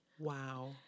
Wow